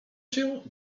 się